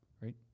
right